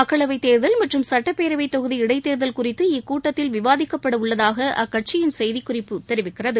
மக்களவை தேர்தல் மற்றும் சட்டப்பேரவை தொகுதி இடைத்தேர்தல் குறித்து இக்கூட்டத்தில் விவாதிக்கப்பட உள்ளதாக அக்கட்சியின் செய்திக் குறிப்பு தெரிவிக்கிறது